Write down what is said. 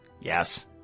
Yes